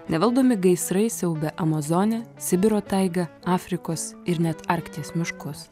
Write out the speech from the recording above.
nevaldomi gaisrai siaubia amazonę sibiro taigą afrikos ir net arkties miškus